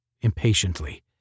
impatiently